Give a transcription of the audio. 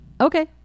okay